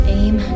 aim